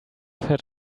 fed